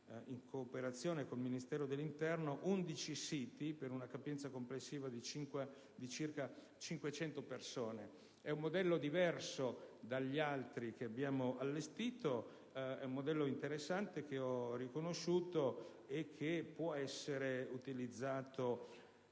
in cooperazione con il Ministero dell'interno, 11 siti, per una capienza complessiva di circa cinquecento persone. È un modello diverso dagli altri che abbiamo allestito, un modello interessante, che ho riconosciuto e che può essere utilizzato